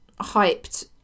hyped